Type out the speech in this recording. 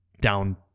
down